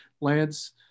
Lance